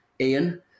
Ian